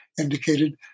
indicated